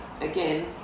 again